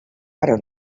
però